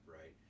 right